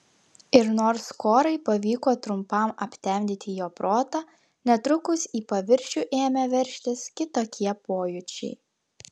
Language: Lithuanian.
ir nors korai pavyko trumpam aptemdyti jo protą netrukus į paviršių ėmė veržtis kitokie pojūčiai